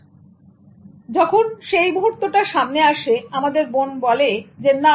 সুতরাং যখন সেই মুহূর্তটা সামনে আসেআমাদের মন বলে না